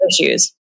issues